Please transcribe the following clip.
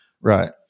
right